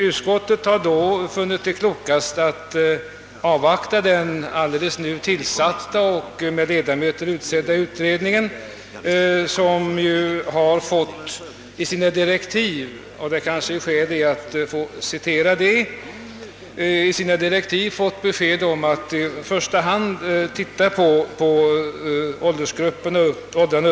Utskottet har funnit det klokast att avvakta den helt nykigen tillsatta utredningen, vars ledamöter just har utseits och som enligt sina direktiv — det kan finnas skäl att citera dessa — i första hand skall studera åldersgrupperna upp till 17 år.